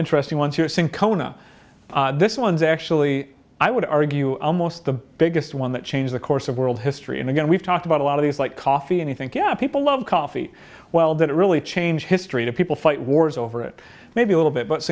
interesting one to sing kona this one's actually i would argue almost the biggest one that changed the course of world history and again we've talked about a lot of these like coffee anything yeah people love coffee well that really change history to people fight wars over it maybe a little bit but